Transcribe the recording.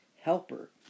helper